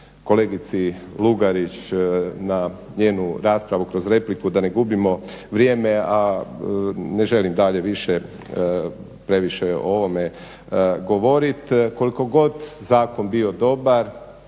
kolegici Lugarić na njenu raspravu kroz repliku da ne gubimo vrijeme, a ne želim dalje više previše o ovome govorit. Koliko god zakon bio dobar